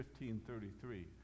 15.33